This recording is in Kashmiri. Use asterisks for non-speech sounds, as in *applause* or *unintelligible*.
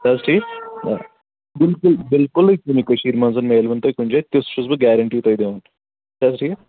*unintelligible* حظ ٹھیٖک بِلکُل بِلکُلٕے کُنہِ کٔشیٖرِ منٛز مِلوٕن تۄہہِ کُنہِ جایہِ تِژھ چھُس بہٕ گٮ۪رنٹی تۄہہِ دِوان چھُنَہ حظ ٹھیٖک